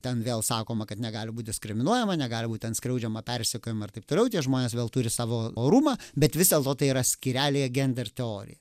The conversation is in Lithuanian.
ten vėl sakoma kad negali būt diskriminuojama negali būt skriaudžiama persekiojama ir taip toliau tie žmonės vėl turi savo orumą bet vis dėlto tai yra skyrelyje gender teorija